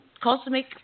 Cosmic